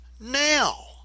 now